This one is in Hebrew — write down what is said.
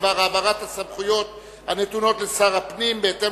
בדבר העברת הסמכויות הנתונות לשר הפנים בהתאם